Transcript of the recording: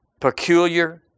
peculiar